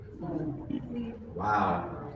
Wow